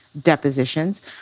depositions